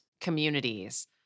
communities